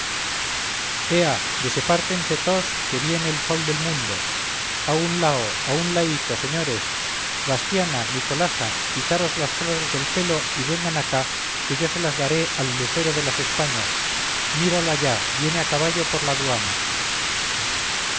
toos que viene el sol del mundo a un lao a un laíto señores bastiana nicolasa quitaros las flores del pelo y vengan acá que yo se las daré al lucero de las españas míralo allá viene a caballo por la aduana